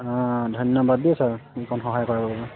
অঁ ধন্যবাদ দেই ছাৰ এইকণ সহায় কৰাৰ বাবে